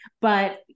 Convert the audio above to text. But-